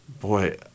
boy